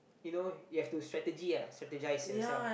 you know you have to strategy ah strategise yourself